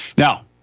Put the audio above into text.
Now